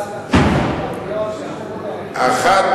הצעות חוק פרטיות שהפכו לממשלתיות.